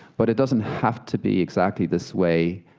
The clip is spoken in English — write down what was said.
but it doesn't have to be exactly this way